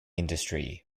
industry